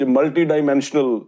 Multidimensional